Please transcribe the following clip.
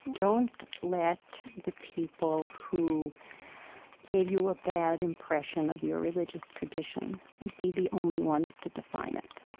don't let the people who gave you a bad impression of your religious tradition be the only ones to define it.